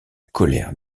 colère